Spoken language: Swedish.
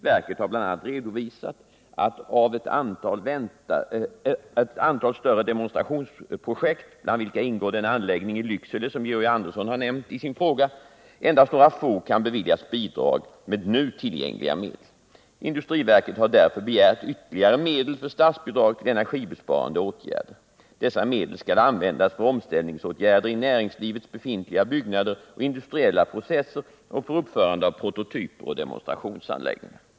Verket har bl.a. redovisat att av ett antal större demonstrationsprojekt — bland vilka ingår den anläggning i Lycksele som Georg Andersson har nämnt i sin fråga — endast några få kan beviljas bidrag med nu tillgängliga medel. Industriverket har därför begärt ytterligare medel för statsbidrag till energibesparande åtgärder. Dessa medel skall användas för omställningsåtgärder i näringslivets befintliga byggnader och industriella processer och för uppförande av prototyper och demonstrationsanläggningar.